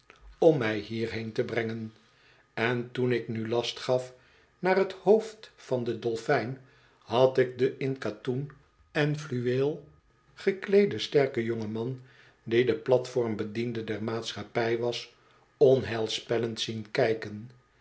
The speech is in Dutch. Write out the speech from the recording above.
om mij hierheen te brengen en toen ik nu last gaf naar t hoofd van den dolfijn had ik den in katoen fluweel gekleeden sterken jonkman die de platformbediende der maatschappij was onheilspellend zien kijken